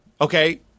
okay